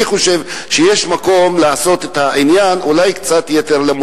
אני חושב שאולי יש מקום להכניס את העניין של